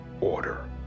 order